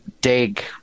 dig